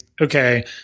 okay